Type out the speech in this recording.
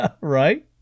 Right